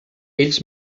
ells